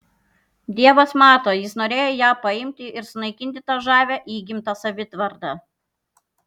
dievas mato jis norėjo ją paimti ir sunaikinti tą žavią įgimtą savitvardą